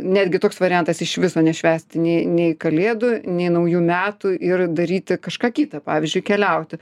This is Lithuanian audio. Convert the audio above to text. netgi toks variantas iš viso nešvęsti nei nei kalėdų nei naujų metų ir daryti kažką kitą pavyzdžiui keliauti